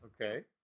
Okay